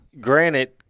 granted